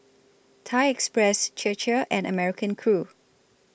Thai Express Chir Chir and American Crew